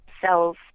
cells